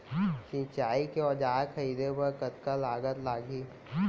सिंचाई के औजार खरीदे बर कतका लागत लागही?